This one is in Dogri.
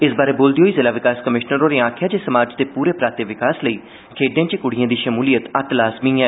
इस बारै बोलदे होई जिला विकास कमिशनर होरें आखेआ जे समाज दे पूरे पराते विकास लेई खेड्ढें च कुड़िएं दी शमूलियत अत्त लाज़मी ऐ